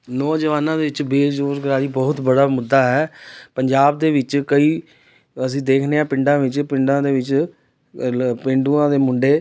ਨੌਜਵਾਨਾਂ ਦੇ ਵਿੱਚ ਬੇਰੁਜ਼ਗਾਰੀ ਬਹੁਤ ਬੜਾ ਮੁੱਦਾ ਹੈ ਪੰਜਾਬ ਦੇ ਵਿੱਚ ਕਈ ਅਸੀਂ ਦੇਖਦੇ ਹਾਂ ਪਿੰਡਾਂ ਵਿੱਚ ਪਿੰਡਾਂ ਦੇ ਵਿੱਚ ਪੇਂਡੂਆਂ ਦੇ ਮੁੰਡੇ